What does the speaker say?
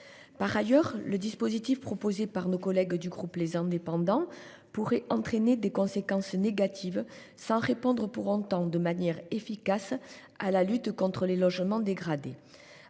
lieu, le dispositif proposé par nos collègues du groupe Les Indépendants - République et Territoires pourrait entraîner des conséquences négatives, sans répondre pour autant de manière efficace à la lutte contre les logements dégradés.